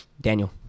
Daniel